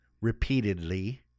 repeatedly